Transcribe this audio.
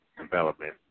development